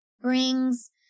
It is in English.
brings